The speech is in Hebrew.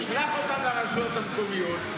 שלח אותם לרשויות המקומיות,